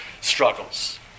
struggles